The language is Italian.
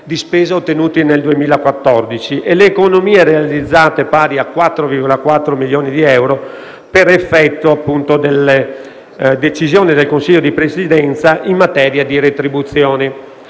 di spesa ottenuti nel 2014, e le economie realizzate, pari a 4,4 milioni di euro, per effetto, appunto, delle decisioni del Consiglio di Presidenza in materia di retribuzioni.